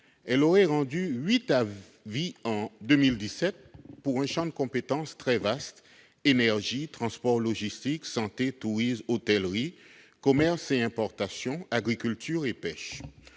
celle-ci aurait rendu huit avis en 2017, alors que son champ de compétence est très vaste : énergie, transports, logistique, santé, tourisme, hôtellerie, commerce et importations, agriculture et pêche.